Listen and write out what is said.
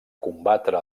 combatre